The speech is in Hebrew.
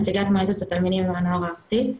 נציגת מועצת התלמידים והנוער הארצית.